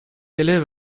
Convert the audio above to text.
élève